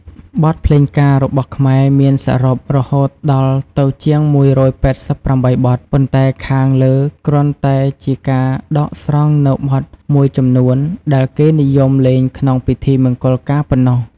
បទភ្លេងការរបស់ខ្មែរមានសរុបរហូតដល់ទៅជាង១៨៨បទ ប៉ុន្តែខាងលើគ្រាន់តែជាការដកស្រង់នូវបទមួយចំនួនដែលគេនិយមលេងក្នុងពិធីមង្គលការប៉ុណ្ណោះ។